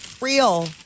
Real